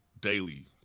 daily